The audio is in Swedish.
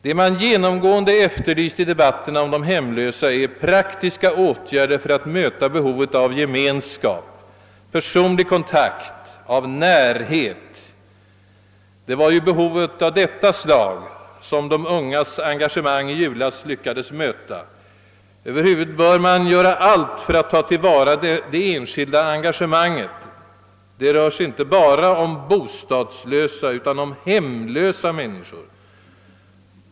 Vad som genomgående efterlysts i debatterna om de hemlösa är praktiska åtgärder för att möta behovet av gemenskap, personlig kontakt och närhet. Det var ju behov av detta slag som de ungas engagemang i julas lyckades möta. Över huvud taget bör man göra allt för att ta till vara det enskilda engagemanget. Det rör sig inte bara om bostadslösa utan om hemlösa människor.